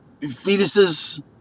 fetuses